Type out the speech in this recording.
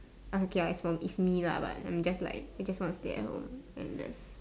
okay I small it's me lah but I mean just like I just wanna stay at home and that's